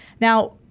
Now